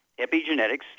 Epigenetics